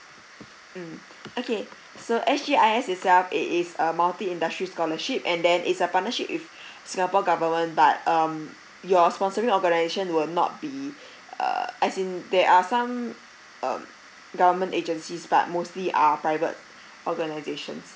mm okay so S_G_I_S itself it is a multi industry scholarship and then is a partnership with singapore government but um your sponsoring organisation will not be uh as in there are some um government agencies but mostly are private organisations